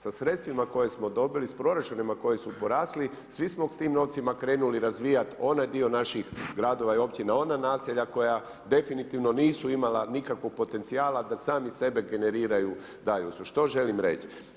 Sa sredstvima koja smo dobili, s proračunima koji su porasli, svi smo s tim novcima krenuli razvijati onaj dio naših gradova i općina, ona naselja koja definitivno nisu imala nikakvog potencijala da sami sebe generiraju … Što želim reći?